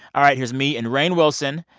all right. here's me and rainn wilson.